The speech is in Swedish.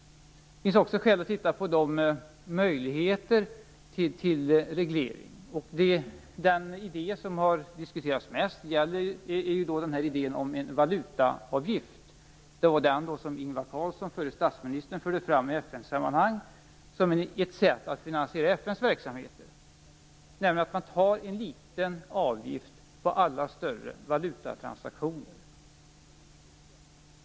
Det finns också skäl att titta på de möjligheter som finns till reglering. Den idé som har diskuterats mest gäller en valutaavgift. Det var den idé som Ingvar Carlsson, förre statsministern, förde fram i FN-sammanhang som ett sätt att finansiera FN:s verksamheter. En liten avgift skulle tas ut på alla större valutatransaktioner.